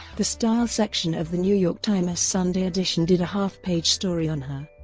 the style section of the new york timess sunday edition did a half-page story on her.